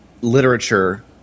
literature